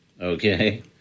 Okay